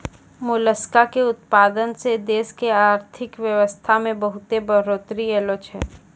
मोलसका के उतपादन सें देश के आरथिक बेवसथा में बहुत्ते बढ़ोतरी ऐलोॅ छै